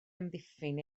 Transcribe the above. amddiffyn